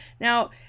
Now